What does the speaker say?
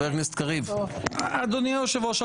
אדוני היושב-ראש,